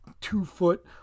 two-foot